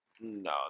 No